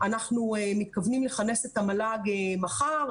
אנחנו מתכוונים לכנס מחר את המועצה להשכלה גבוהה.